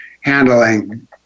handling